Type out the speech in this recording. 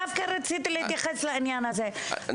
דווקא רציתי להתייחס לעניין הזה,